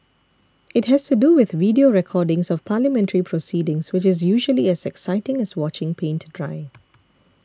it has to do with video recordings of parliamentary proceedings which is usually as exciting as watching paint dry